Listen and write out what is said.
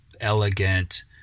elegant